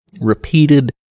Repeated